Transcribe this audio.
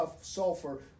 sulfur